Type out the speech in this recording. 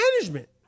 management